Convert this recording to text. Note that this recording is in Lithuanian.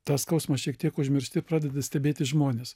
tą skausmą šiek tiek užmiršti pradedi stebėti žmones